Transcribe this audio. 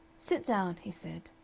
sit down, he said,